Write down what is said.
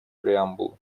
преамбулы